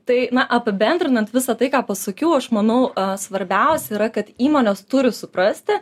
tai apibendrinant visa tai ką pasakiau aš manau svarbiausia yra kad įmonės turi suprasti